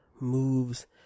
moves